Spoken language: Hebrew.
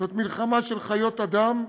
זאת מלחמה של חיות אדם,